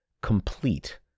complete